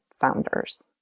founders